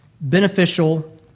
beneficial